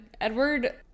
Edward